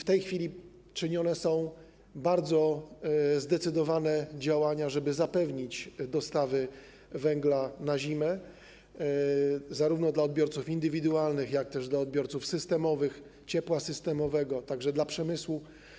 W tej chwili podejmowane są bardzo zdecydowane działania, żeby zapewnić dostawy węgla na zimę zarówno dla odbiorców indywidualnych, jak też dla odbiorców systemowych, ciepła systemowego, także dla przemysłu.